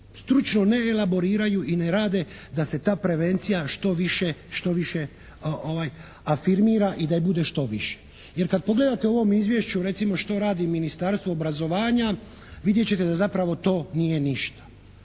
stručno ne elaboriraju i ne rade da se ta prevencija što više afirmira i da je bude što više. Jer kad pogledate u ovom Izvješću, recimo, što radi Ministarstvo obrazovanja vidjet ćete da zapravo to nije ništa.